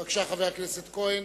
בבקשה, חבר הכנסת כהן.